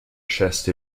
chest